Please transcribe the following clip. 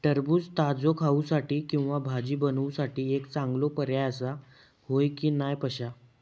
टरबूज ताजो खाऊसाठी किंवा भाजी बनवूसाठी एक चांगलो पर्याय आसा, होय की नाय पश्या?